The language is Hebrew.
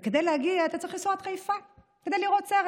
וכדי להגיע אתה צריך לנסוע עד חיפה כדי לראות סרט,